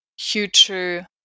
future